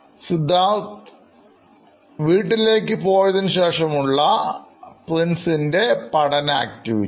Siddharth വീട്ടിലേക്ക്പോയതിനു ശേഷം ഉള്ള Prince ൻറെപഠന ആക്ടിവിറ്റി